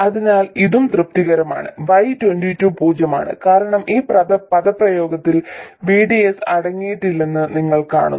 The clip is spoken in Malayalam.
അതിനാൽ ഇതും തൃപ്തികരമാണ് y22 പൂജ്യമാണ് കാരണം ഈ പദപ്രയോഗത്തിൽ VDS അടങ്ങിയിട്ടില്ലെന്ന് നിങ്ങൾ കാണുന്നു